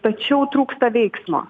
tačiau trūksta veiksmo